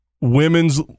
women's